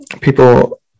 people